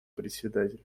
председатель